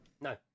No